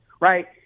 right